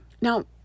Now